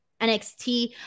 nxt